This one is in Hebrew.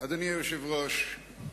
אדוני היושב-ראש,